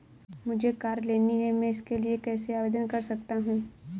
मुझे कार लेनी है मैं इसके लिए कैसे आवेदन कर सकता हूँ?